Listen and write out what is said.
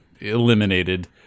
eliminated